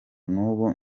n’ubu